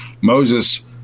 Moses